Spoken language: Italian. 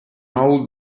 old